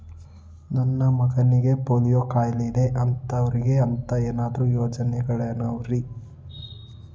ನನ್ನ ಮಗನಿಗ ಪೋಲಿಯೋ ಕಾಲಿದೆ ಅಂತವರಿಗ ಅಂತ ಏನಾದರೂ ಯೋಜನೆಗಳಿದಾವೇನ್ರಿ?